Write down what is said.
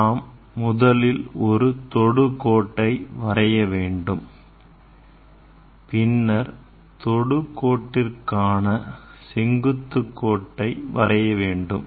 நாம் முதலில் ஒரு தொடு கோட்டை வரைய வேண்டும் பின்னர் தொடு கோட்டற்கான செங்குத்துக் கோட்டை வரைய வேண்டும்